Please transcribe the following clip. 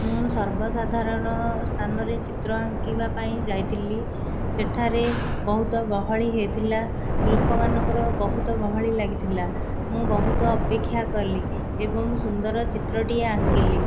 ମୁଁ ସର୍ବ ସାଧାରଣ ସ୍ଥାନରେ ଚିତ୍ର ଆଙ୍କିବା ପାଇଁ ଯାଇଥିଲି ସେଠାରେ ବହୁତ ଗହଳି ହୋଇଥିଲା ଲୋକମାନଙ୍କର ବହୁତ ଗହଳି ଲାଗିଥିଲା ମୁଁ ବହୁତ ଅପେକ୍ଷା କଲି ଏବଂ ସୁନ୍ଦର ଚିତ୍ର ଟିଏ ଆଙ୍କିଲି